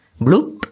Blue